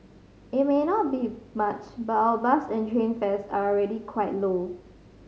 it may not be much but our bus and train fares are already quite low